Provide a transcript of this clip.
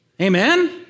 Amen